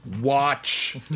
watch